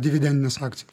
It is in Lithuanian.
dividendinės akcijos